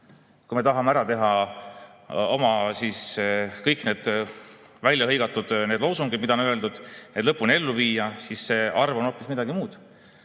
Kui me tahame ära teha kõik need väljahõigatud loosungid, mida on öeldud, need lõpuni ellu viia, siis see arv on hoopis midagi muud.